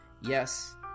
Yes